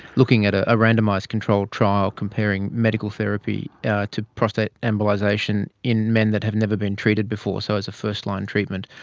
looking at a randomised controlled trial comparing medical therapy to prostate embolisation in men that have never been treated before, so as a first-line treatment.